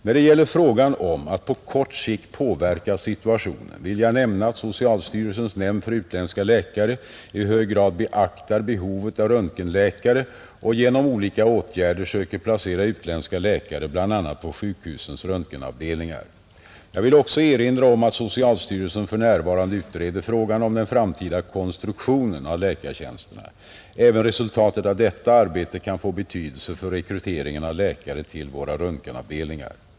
När det gäller frågan om att på kort sikt påverka situationen vill jag nämna att socialstyrelsens nämnd för utländska läkare i hög grad beaktar behovet av röntgenläkare och genom olika åtgärder söker placera utländska läkare bl, a, på sjukhusens röntgenavdelningar, Jag vill också erinra om att socialstyrelsen för närvarande utreder frågan om den framtida konstruktionen av läkartjänsterna, Även resultatet av detta arbete kan få betydelse för rekryteringen av läkare till våra röntgenavdelningar.